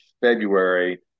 February